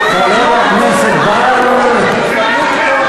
חבר הכנסת ליברמן רוצה לראות אם תומכים במינוי שלו,